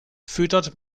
füttert